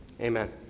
Amen